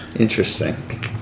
Interesting